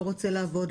לא רוצה לעבוד,